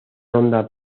ronda